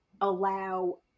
allow